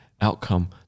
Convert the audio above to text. outcome